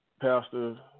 Pastor